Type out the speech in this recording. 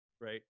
right